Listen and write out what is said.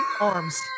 arms